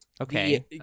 Okay